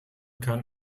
kann